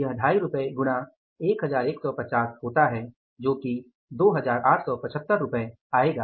यह 25 रूपए गुणा 1150 होता है जो 2875 रूपए होगा